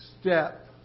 step